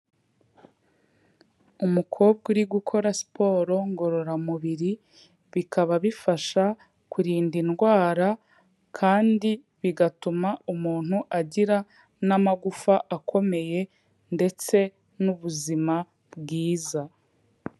Umukobwa uri gukora siporo ngororamubiri, bikaba bifasha kurinda indwara kandi bigatuma umuntu agira n'amagufa akomeye ndetse n'ubuzima bwiza.